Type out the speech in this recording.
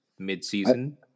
midseason